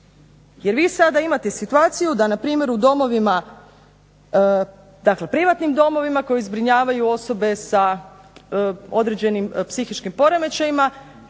Jer vi sada imate situaciju da npr. u domovima, dakle privatnim domovima koji zbrinjavaju osobe s određenim psihičkim poremećajima